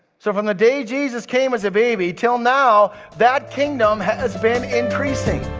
so from the day jesus came as a baby till now that kingdom has been increasing.